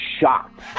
shocked